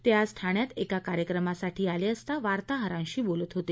ते आज ठाण्यात एका कार्यक्रमासाठी आले असता वार्ताहरांशी बोलत होते